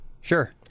Sure